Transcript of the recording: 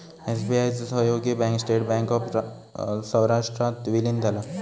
SBI चो सहयोगी bank state bank of सौराष्ट्रात विलीन झाला